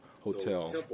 Hotel